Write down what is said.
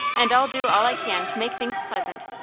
and i'll do all i can to make things pleasant.